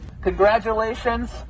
Congratulations